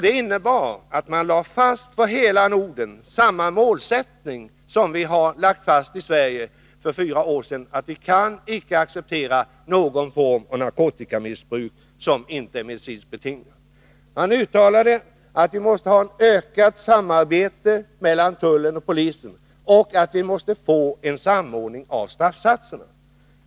Det innebär att man lade fast för hela Norden samma målsättning som vi lade fast i Sverige för fyra år sedan, nämligen att vi inte kan acceptera någon form av narkotikabruk som inte är medicinskt betingad. Man uttalade att vi måste ha ett ökat samarbete mellan tullen och polisen och att vi måste få en samordning av straffsatserna.